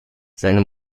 seine